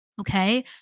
Okay